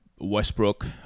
Westbrook